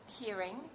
hearing